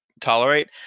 tolerate